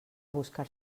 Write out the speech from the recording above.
buscar